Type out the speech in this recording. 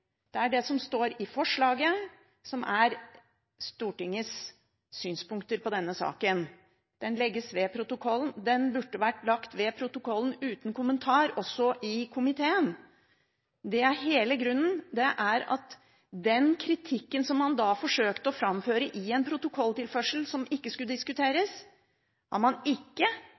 Det er det som står i forslaget, som er Stortingets synspunkter i denne saken. Den legges ved protokollen. Den burde vært lagt ved protokollen uten kommentar også i komiteen. Hele grunnen er at den kritikken man da forsøkte å framføre i en protokolltilførsel, som ikke skulle diskuteres, har man ikke